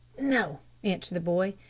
no, answered the boy.